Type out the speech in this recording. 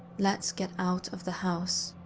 let's get out of the house.